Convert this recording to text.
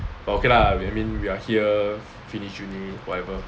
but okay lah I I mean we are here finish uni whatever